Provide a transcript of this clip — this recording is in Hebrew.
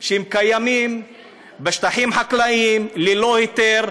שקיימים בשטחים חקלאיים ללא היתר,